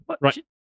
Right